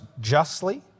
justly